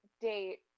date